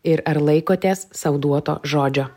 ir ar laikotės sau duoto žodžio